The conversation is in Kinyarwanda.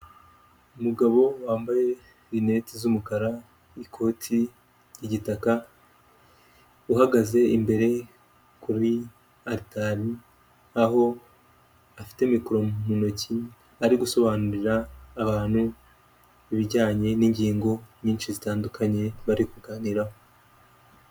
Umugabo wambaye rinete z'umukara, ikoti ry'igitaka, uhagaze imbere kuri aritari aho afite mikoro mu ntoki ari gusobanurira abantu ibijyanye n'ingingo nyinshi zitandukanye bari kuganiraho.